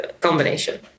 combination